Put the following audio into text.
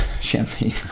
champagne